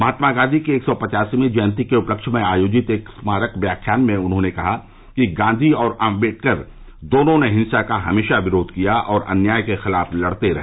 महात्मा गांधी की एक सौ पचासवीं जयन्ती के उपलक्ष्य मे आयोजित स्मारक व्याख्यान में उन्होंने कहा कि गांधी और आम्बेडकर दोनों ने हिंसा का हमेशा विरोध किया और अन्याय के खिलाफ लड़ते रहे